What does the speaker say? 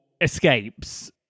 escapes